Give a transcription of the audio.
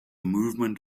movement